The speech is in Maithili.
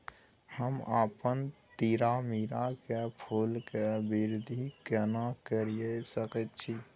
हम अपन तीरामीरा के फूल के वृद्धि केना करिये सकेत छी?